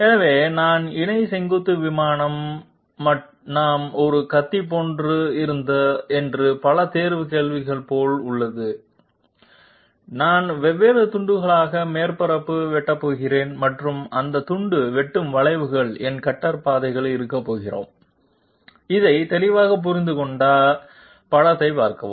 எனவே நான் இணை செங்குத்து விமானம் நாம் ஒரு கத்தி போன்ற இருந்தது என்று பல தேர்வு கேள்வி போல் உள்ளது நான் வெவ்வேறு துண்டுகளாக மேற்பரப்பு வெட்ட போகிறேன் மற்றும் அந்த துண்டு வெட்டும் வளைவுகள் என் கட்டர் பாதைகள் இருக்க போகிறோம் அதை தெளிவாக புரிந்து கொள்ள படத்தை பார்க்கவும்